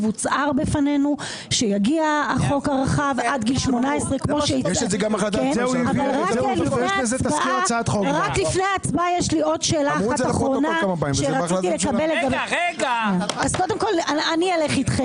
הוצהר בפנינו שיגיע החוק הרחב עד גיל 18. אני אלך איתך